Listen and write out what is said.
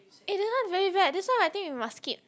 eh this one very bad this one I think we must skip